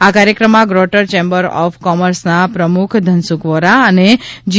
આ કાર્યક્રમમાં greater chamber of કોમર્સના પ્રમ્રખ ધનસુખ વોરા અને જી